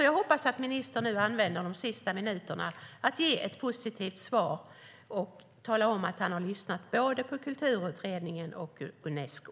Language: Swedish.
Jag hoppas att ministern använder de sista minuterna till att ge ett positivt svar och tala om att han har lyssnat på både Kulturutredningen och Unesco.